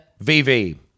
vv